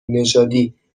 نژادی